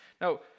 Now